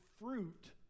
fruit